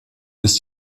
ist